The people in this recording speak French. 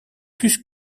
plus